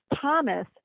Thomas